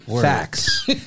Facts